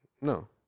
No